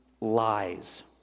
lies